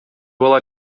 бала